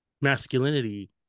masculinity